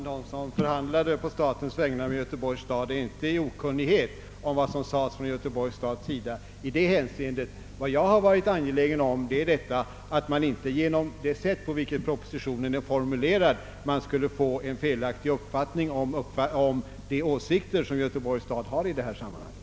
Herr talman! De som å statens vägnar förhandlade med Göteborgs stad är inte okunniga om vad som sades från Göteborgs stads sida i det här hänseendet. Vad jag varit angelägen om är att man inte genom det sätt på vilket propositionen är formulerad skulle få en felaktig uppfattning om Göteborgs stads åsikter i sammanhanget.